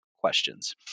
questions